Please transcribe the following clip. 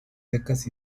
secas